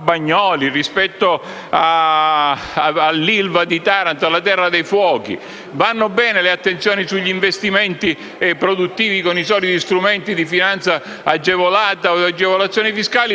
Bagnoli, sull'ILVA di Taranto e sulla terra dei fuochi, vanno bene le attenzioni poste sugli investimenti produttivi con gli strumenti di finanza agevolata o agevolazioni fiscali.